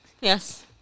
Yes